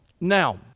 Now